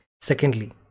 secondly